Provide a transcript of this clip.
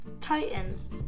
Titans